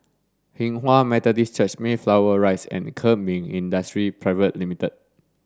Hinghwa Methodist Church Mayflower Rise and Kemin Industries Pte Limited